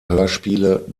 hörspiele